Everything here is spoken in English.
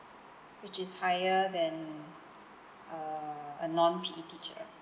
which is higher than uh a non P_E teacher